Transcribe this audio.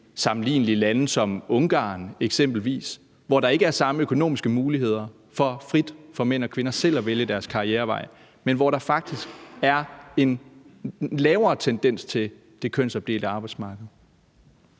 sammenlignelige lande som eksempelvis Ungarn, hvor der ikke er samme økonomiske muligheder for mænd og kvinder til frit selv at vælge deres karrierevej, men hvor der faktisk er en lavere tendens til det kønsopdelte arbejdsmarked?